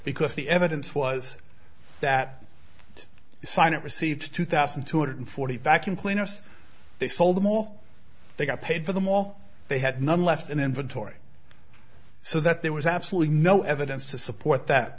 because the evidence was that he signed it received two thousand two hundred forty vacuum cleaners they sold them all they got paid for them all they had none left in inventory so that there was absolutely no evidence to support that